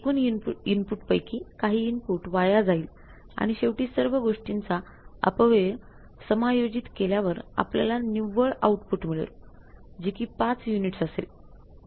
एकूण इनपुट पैकी काही इनपुट वाया जाईल आणि शेवटी सर्व गोष्टींचा अपव्यय समायोजित केल्यावर आपल्याला निव्वळ आउटपुट मिळेल जे कि 5 युनिटस असेल